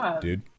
dude